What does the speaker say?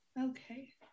Okay